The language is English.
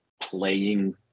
playing